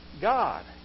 God